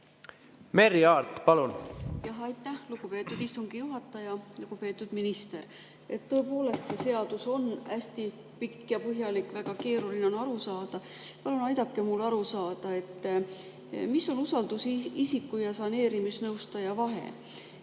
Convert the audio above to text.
Merry Aart, palun!